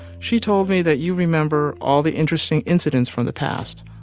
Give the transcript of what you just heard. she told me that you remember all the interesting incidents from the past.